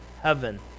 heaven